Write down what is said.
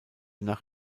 nach